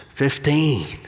Fifteen